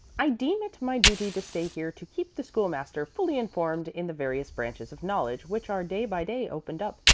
i deem it my duty to stay here to keep the school-master fully informed in the various branches of knowledge which are day by day opened up,